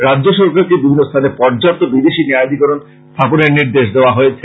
রাজ্য সরকারকে বিভিন্ন স্থানে পর্যাপু বিদেশী ন্যায়ধীকরন স্থাপনের জন্য নির্দেশ দেওয়া হয়েছে